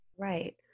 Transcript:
Right